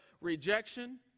rejection